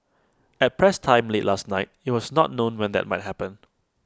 at press time late last night IT was not known when that might happen